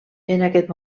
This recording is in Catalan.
aquest